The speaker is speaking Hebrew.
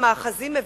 במאחזים מבודדים,